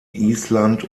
island